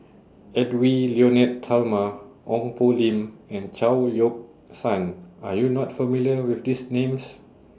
Edwy Lyonet Talma Ong Poh Lim and Chao Yoke San Are YOU not familiar with These Names